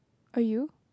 are you